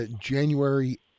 january